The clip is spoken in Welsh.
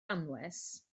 anwes